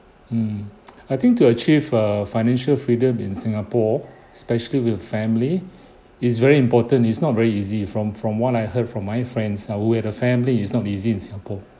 mm I think to achieve err financial freedom in singapore especially with a family is very important it's not very easy from from what I heard from my friends ah who has a family it's not easy in singapore